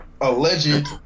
Alleged